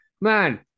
man